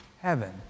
heaven